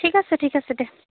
ঠিক আছে ঠিক আছে দে